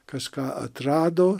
kažką atrado